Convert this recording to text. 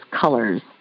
colors